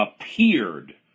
appeared